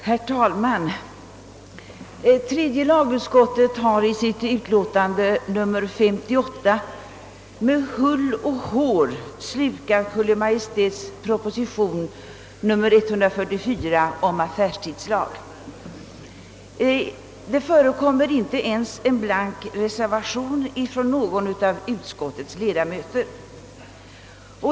Herr talman! Tredje lagutskottet har i sitt utlåtande nr 58 med hull och hår slukat Kungl. Maj:ts proposition nr 144 om affärstidslag. Det förekommer inte ens en blank reservation från någon av utskottets ledamöter.